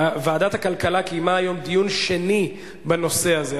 ועדת הכלכלה קיימה היום דיון שני בנושא הזה.